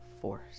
force